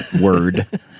word